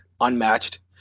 unmatched